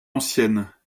ancienne